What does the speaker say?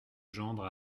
gendre